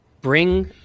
bring